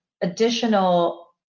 additional